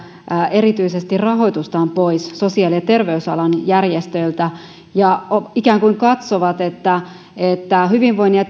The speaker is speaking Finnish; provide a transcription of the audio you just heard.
erityisesti rahoitustaan pois sosiaali ja terveysalan järjestöiltä ja ikään kuin katsovat että että hyvinvoinnin ja